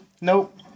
Nope